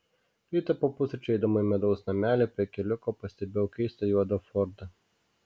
rytą po pusryčių eidama į medaus namelį prie keliuko pastebėjau keistą juodą fordą